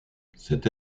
cette